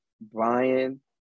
Brian